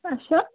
اَچھا